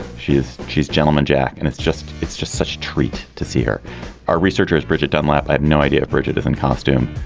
ah she's she's gentleman jack. and it's just it's just such a treat to see her our researchers bridget dunlap. i have no idea. bridget is in costume.